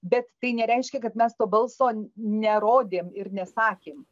bet tai nereiškia kad mes to balso nerodėm ir nesakėm